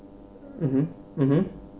mmhmm